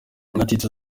yagize